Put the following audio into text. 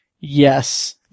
Yes